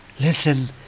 Listen